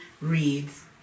reads